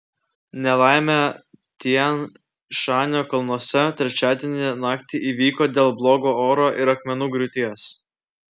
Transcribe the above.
nelaimė tian šanio kalnuose trečiadienio naktį įvyko dėl blogo oro ir akmenų griūties